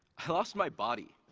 i lost my body.